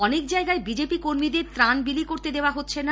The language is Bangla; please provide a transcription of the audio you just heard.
অনেক জায়গায় বিজেপি কর্মীদের ত্রাণ বিলি করতে দেওয়া হচ্ছে না